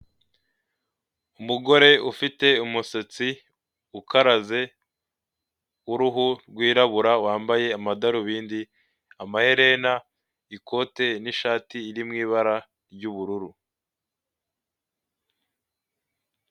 Umugore ufite umusatsi ukaraze w'uruhu rwirabura wambaye amadarubindi, amaaherena, ikote n'ishati iri mu ibara ry'ubururu.